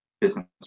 business